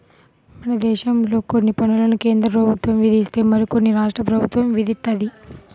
మనదేశంలో కొన్ని పన్నులు కేంద్రప్రభుత్వం విధిస్తే మరికొన్ని రాష్ట్ర ప్రభుత్వం విధిత్తది